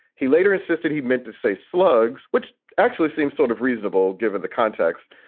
he later insisted he meant to say slugs, which actually seems sort of reasonable given the context.